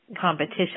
competition